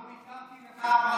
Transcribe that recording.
הפעם ויתרתי לך.